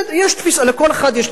לכל אחד יש תפיסת עולם.